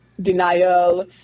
denial